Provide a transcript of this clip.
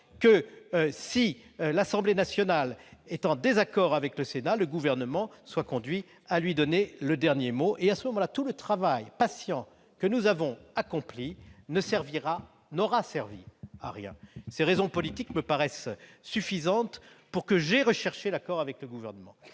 : si l'Assemblée nationale est en désaccord avec le Sénat, le Gouvernement sera conduit à lui donner le dernier mot, et tout le travail patient que nous avons accompli n'aura servi à rien. Ces raisons politiques me paraissent suffire à justifier que j'aie recherché un accord avec le Gouvernement.